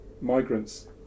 migrants